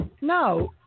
No